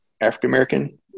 African-American